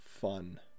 Fun